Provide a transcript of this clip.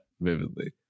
vividly